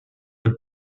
elle